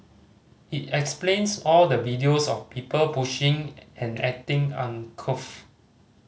it explains all the videos of people pushing and acting uncouth